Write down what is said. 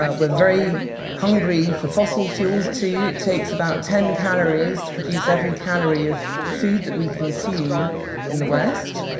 ah we're very hungry for fossil fuels too. it takes about ten calories to produce every calorie of food that we consume in the west.